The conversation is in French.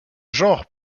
genres